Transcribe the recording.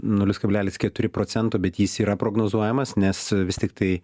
nulis kablelis keturi procento bet jis yra prognozuojamas nes vis tiktai